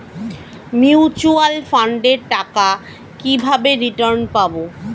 Mutual ফান্ডের টাকা কিভাবে রিটার্ন পাব?